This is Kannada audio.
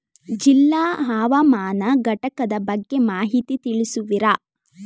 ಜಿಲ್ಲಾ ಹವಾಮಾನ ಘಟಕದ ಬಗ್ಗೆ ಮಾಹಿತಿ ತಿಳಿಸುವಿರಾ?